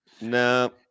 No